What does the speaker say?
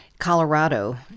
Colorado